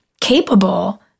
capable